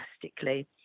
drastically